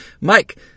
Mike